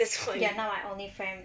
you're not my only friend